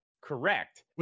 correct